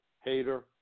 hater